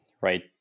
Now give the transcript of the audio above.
Right